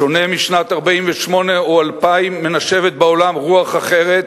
בשונה משנת 1948 או 2000, מנשבת בעולם רוח אחרת,